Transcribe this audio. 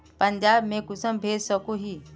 पंजाब में कुंसम भेज सकोही?